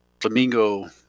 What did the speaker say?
Flamingo